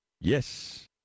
Yes